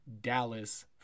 dallas